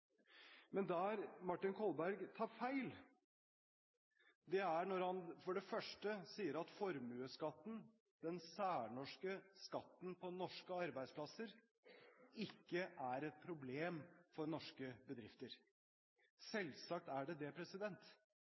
Men Marin Kolberg tar feil når han for det første sier at formuesskatten, den særnorske skatten på norske arbeidsplasser, ikke er et problem for norske bedrifter. Selvsagt er det det.